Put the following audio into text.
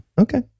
Okay